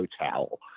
Hotel